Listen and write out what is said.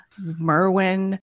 Merwin